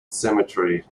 cemetery